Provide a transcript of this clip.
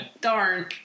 Darn